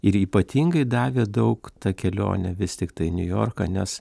ir ypatingai davė daug ta kelionė vis tiktai į niujorką nes